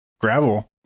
gravel